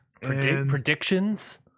predictions